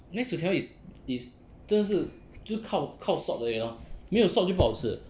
McD's 薯条 is is 真的是就是靠靠 salt 而已 lor 没有 salt 就不好吃了